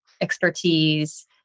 expertise